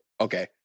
Okay